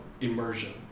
immersion